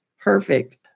Perfect